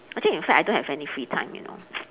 actually in fact I don't have any free time you know